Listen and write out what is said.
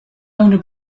owner